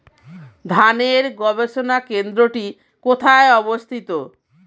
ধানের গবষণা কেন্দ্রটি কোথায় অবস্থিত?